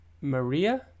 Maria